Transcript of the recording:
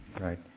right